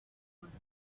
rwanda